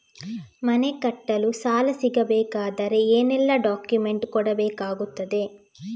ಮನೆ ಕಟ್ಟಲು ಸಾಲ ಸಿಗಬೇಕಾದರೆ ಏನೆಲ್ಲಾ ಡಾಕ್ಯುಮೆಂಟ್ಸ್ ಕೊಡಬೇಕಾಗುತ್ತದೆ?